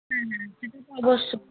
হ্যাঁ হ্যাঁ সেটা তো অবশ্যই